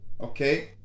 okay